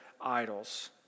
idols